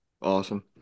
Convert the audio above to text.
Awesome